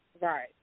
Right